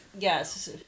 yes